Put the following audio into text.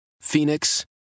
Phoenix